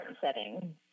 setting